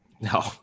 No